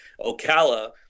ocala